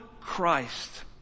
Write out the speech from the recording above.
Christ